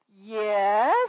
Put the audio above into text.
yes